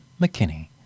McKinney